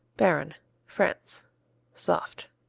barron france soft.